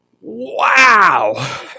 Wow